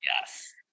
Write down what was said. Yes